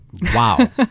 Wow